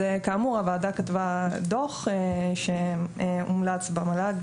אז כאמור, הוועדה כתבה דוח עם המלצה למל"ג,